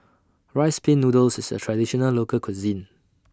Rice Pin Noodles IS A Traditional Local Cuisine